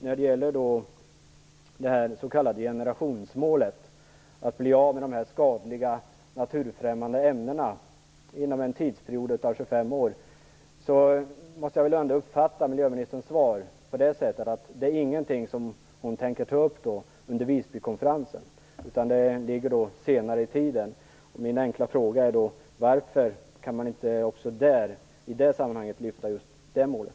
När det gäller det s.k. generationsmålet, att bli av med de skadliga naturfrämmande ämnena inom en tidsperiod av 25 år, måste jag väl ändå uppfatta miljöministerns svar på det sättet att det inte är någonting som hon tänker ta upp under Visbykonferensen, utan det ligger senare i tiden. Min enkla fråga är då: Varför kan man inte också i det sammanhanget lyfta fram just det målet?